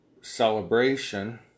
celebration